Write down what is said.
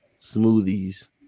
smoothies